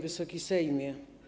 Wysoki Sejmie!